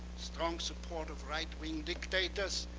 strong support of right wing dictators,